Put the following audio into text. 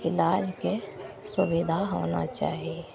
इलाजके सुविधा होना चाही